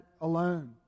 alone